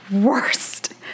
worst